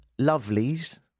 Lovelies